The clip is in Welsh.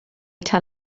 tan